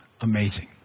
amazing